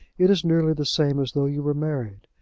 it is nearly the same as though you were married.